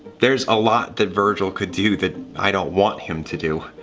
there's a lot that virgil could do that i don't want him to do.